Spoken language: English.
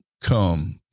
come